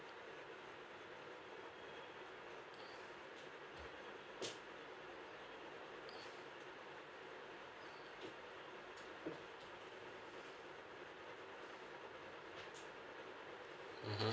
mmhmm